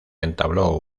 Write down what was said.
entabló